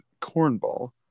cornball